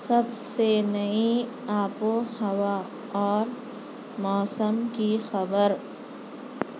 سب سے نئی آب و ہوا اور موسم کی خبر